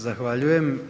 Zahvaljujem.